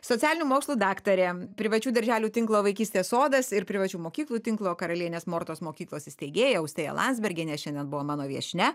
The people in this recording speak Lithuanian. socialinių mokslų daktarė privačių darželių tinklo vaikystės sodas ir privačių mokyklų tinklo karalienės mortos mokyklos įsteigėja austėja landsbergienė šiandien buvo mano viešnia